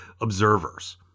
observers